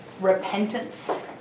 repentance